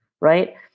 right